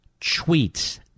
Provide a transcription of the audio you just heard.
tweets